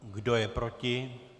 Kdo je proti?